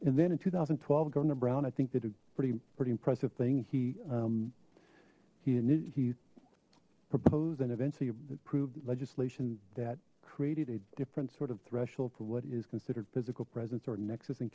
and then in two thousand and twelve governor brown i think they did a pretty pretty impressive thing he he proposed and eventually approved legislation that created a different sort of threshold for what is considered physical presence or nexus in